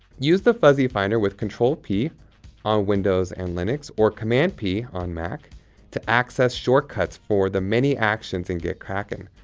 use the fuzzy finder with control p on windows and linux, or command p on mac to access shortcuts for the many actions in gitkraken.